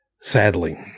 sadly